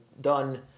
done